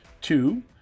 Two